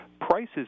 prices